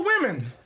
women